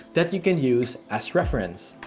that you can use as reference.